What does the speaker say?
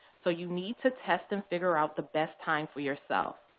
so you need to test and figure out the best time for yourself.